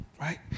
right